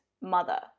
mother